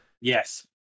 Yes